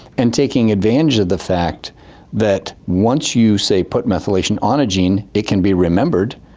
and taking advantage of the fact that once you, say, put methylation on a gene it can be remembered,